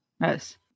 Yes